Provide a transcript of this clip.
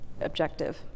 objective